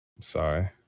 Sorry